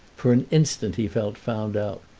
for an instant he felt found out,